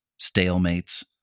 stalemates